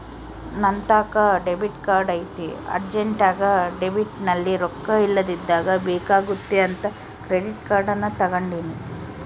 ನಂತಾಕ debit card ಐತೆ ಅರ್ಜೆಂಟ್ನಾಗ ಡೆಬಿಟ್ನಲ್ಲಿ ರೊಕ್ಕ ಇಲ್ಲದಿದ್ದಾಗ ಬೇಕಾಗುತ್ತೆ ಅಂತ ಕ್ರೆಡಿಟ್ ಕಾರ್ಡನ್ನ ತಗಂಡಿನಿ